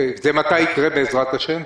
מתי זה יקרה, בעזרת השם?